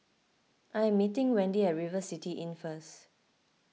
I am meeting Wendy at River City Inn first